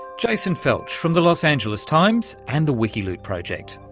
jason felch from the los angeles times and the wikiloot project.